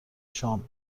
شام